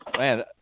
Man